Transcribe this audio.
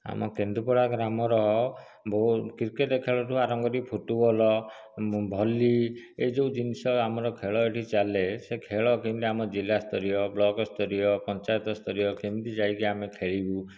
ଆମ କେନ୍ଦୁପଡ଼ା ଗ୍ରାମର କ୍ରିକେଟ୍ ଖେଳଠୁ ଆରମ୍ଭ କରି ଫୁଟ୍ବଲ୍ ଭଲ୍ଲି ଏ ଯେଉଁ ଜିନିଷ ଆମର ଖେଳ ଏଇଠି ଚାଲେ ସେ ଖେଳ କେମିତି ଆମର ଜିଲ୍ଲାସ୍ତରୀୟ ବ୍ଲକ୍ ସ୍ତରୀୟ ପଞ୍ଚାୟତ ସ୍ତରୀୟ କେମିତି ଯାଇକି ଆମେ ଖେଳିବୁ